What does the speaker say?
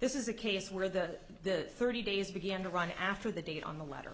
this is a case where the thirty days began to run after the date on the letter